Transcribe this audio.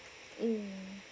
mm